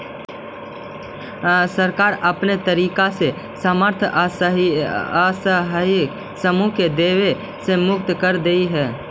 सरकार अनेक तरीका से असमर्थ असहाय समूह के देवे से मुक्त कर देऽ हई